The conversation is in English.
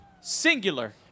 Singular